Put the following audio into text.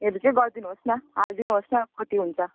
हरू चाहिँ गरिदिनु होस् न हालिदिनु होस् न कति हुन्छ